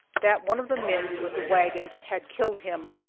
that one of the men with the wagons had killed him.